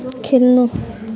खेल्नु